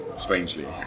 strangely